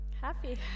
Happy